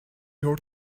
your